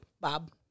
Bob